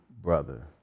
brother